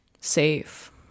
safe